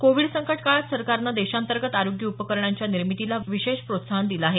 Covid संकट काळात सरकारने देशांतर्गत आरोग्य उपकरणांच्या निर्मितीला विशेष प्रोत्साहन दिलं आहे